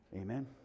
Amen